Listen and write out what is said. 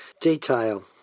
detail